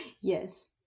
Yes